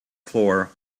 floor